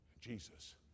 Jesus